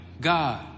God